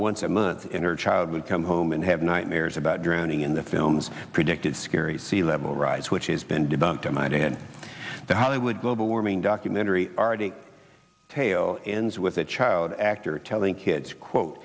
once a month inner child would come home and have nightmares about drowning in the films predicted scary sea level rise which has been done to my dad the hollywood global warming documentary aready tale ends with a child actor telling kids quote